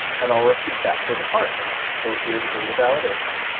and i'll repeat that for department. go here to data validation,